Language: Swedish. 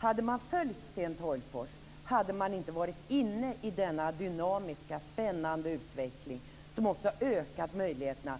Hade man följt Sten Tolgfors hade man inte varit inne i denna dynamiska, spännande utveckling, som också ökat möjligheterna